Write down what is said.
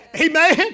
Amen